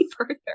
further